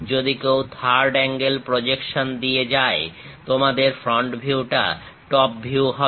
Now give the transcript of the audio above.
যদি কেউ third angle projection দিয়ে যায় তোমাদের ফ্রন্ট ভিউটা টপ ভিউ হবে